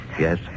Yes